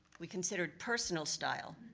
we considered personal style,